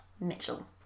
Mitchell